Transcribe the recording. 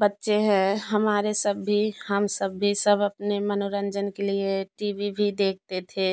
बच्चे हैं हमारे सभी हम सभी सब अपने मनोरंजन के लिए टीवी भी देखते थे